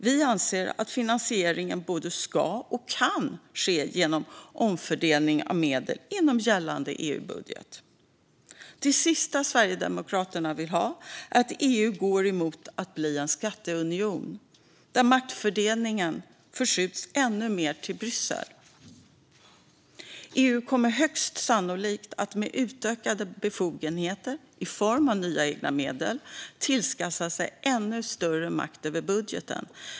Vi anser att finansieringen både ska och kan ske genom omfördelning av medel inom gällande EU-budget. Det sista Sverigedemokraterna vill är att EU går mot att bli en skatteunion, där maktfördelningen förskjuts ännu mer till Bryssel. EU kommer högst sannolikt att med utökade befogenheter i form av nya egna medel tillskansa sig ännu större makt över budgeten.